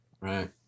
Right